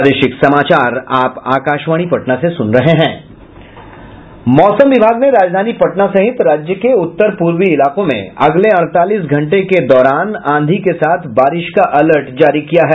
मौसम विभाग ने राजधानी पटना सहित राज्य के उत्तर पूर्वी इलाकों में अगले अड़तालीस घंटे के दौरान आंधी के साथ बारिश का अलर्ट जारी किया है